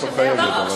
את לא חייבת, אבל.